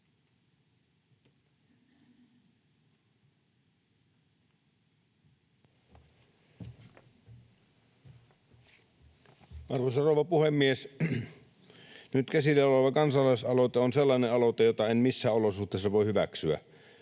Arvoisa rouva puhemies! Nyt käsitteillä oleva kansalaisaloite on sellainen aloite, jota en missään olosuhteissa voi hyväksyä.